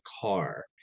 car